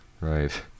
Right